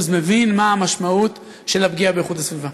מבין מה המשמעות של הפגיעה בסביבה.